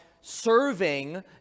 serving